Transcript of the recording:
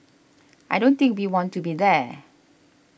I don't think we want to be there